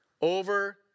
over